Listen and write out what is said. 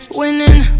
winning